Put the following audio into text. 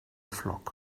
flock